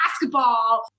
basketball